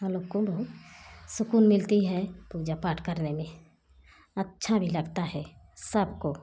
हम लोग को बहुत सुकून मिलता है पूजा पाठ करने में अच्छा भी लगता है सबको